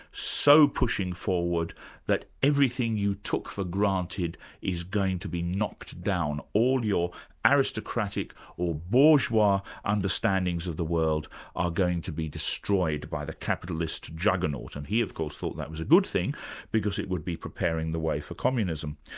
so pushing forward that everything you took for granted is going to be knocked down all your aristocratic or bourgeois understandings of the world are going to be destroyed by the capitalist juggernaut. and he of course, thought that was a good thing because it would be preparing the way for communism.